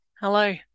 hello